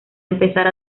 empezar